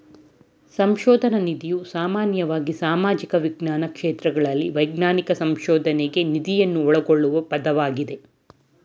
ಸಂಶೋಧನ ನಿಧಿಯು ಸಾಮಾನ್ಯವಾಗಿ ಸಾಮಾಜಿಕ ವಿಜ್ಞಾನ ಕ್ಷೇತ್ರಗಳಲ್ಲಿ ವೈಜ್ಞಾನಿಕ ಸಂಶೋಧನ್ಗೆ ನಿಧಿಯನ್ನ ಒಳಗೊಳ್ಳುವ ಪದವಾಗಿದೆ